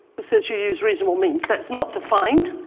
it says to use reasonable means. that's not defined,